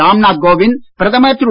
ராம்நாத் கோவிந்த் பிரதமர் திரு